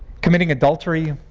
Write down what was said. committing adultery,